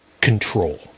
control